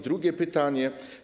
Drugie pytanie.